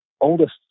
oldest